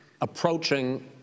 approaching